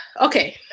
Okay